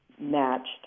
matched